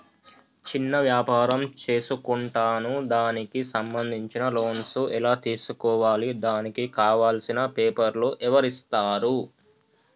చిన్న వ్యాపారం చేసుకుంటాను దానికి సంబంధించిన లోన్స్ ఎలా తెలుసుకోవాలి దానికి కావాల్సిన పేపర్లు ఎవరిస్తారు?